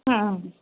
ಹಾಂ